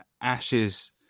ashes